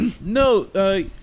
No